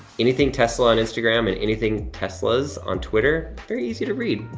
anything tesla on instagram and anything teslas on twitter, very easy to read,